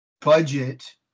budget